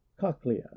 cochlea